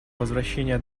возвращения